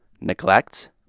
neglect